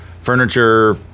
furniture